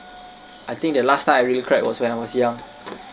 I think the last time I really cried was when I was young